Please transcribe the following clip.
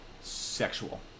Sexual